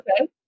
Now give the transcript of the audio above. okay